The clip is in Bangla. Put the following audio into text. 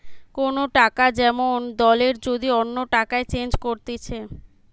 কোন টাকা যেমন দলের যদি অন্য টাকায় চেঞ্জ করতিছে